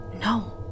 No